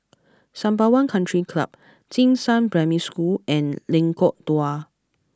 Sembawang Country Club Jing Shan Primary School and Lengkok Dua